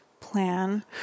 plan